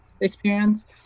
experience